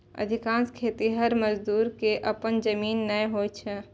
अधिकांश खेतिहर मजदूर कें अपन जमीन नै होइ छै